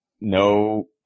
no